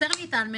חסר לי העל-מנת,